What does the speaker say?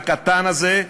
הקטן הזה,